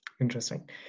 Interesting